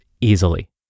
easily